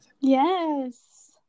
Yes